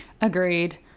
agreed